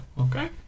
Okay